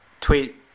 tweet